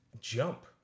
jump